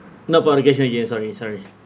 not yeah sorry sorry